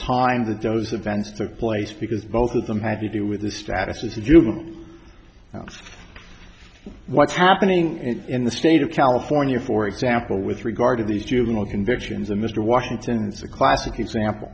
time the doe's events took place because both of them had to do with their status as a juvenile what's happening in the state of california for example with regard to these juvenile convictions of mr washington's a classic example